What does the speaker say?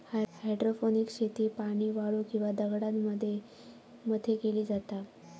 hydroponics शेती पाणी, वाळू किंवा दगडांमध्ये मध्ये केली जाता